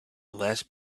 less